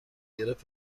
گرفت